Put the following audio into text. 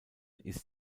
ist